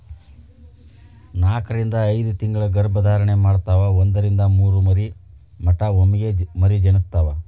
ನಾಕರಿಂದ ಐದತಿಂಗಳ ಗರ್ಭ ಧಾರಣೆ ಮಾಡತಾವ ಒಂದರಿಂದ ಮೂರ ಮರಿ ಮಟಾ ಒಮ್ಮೆಗೆ ಮರಿ ಜನಸ್ತಾವ